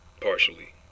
partially